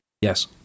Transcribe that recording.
Yes